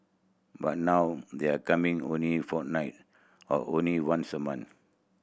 but now they're coming only fortnight or only once a month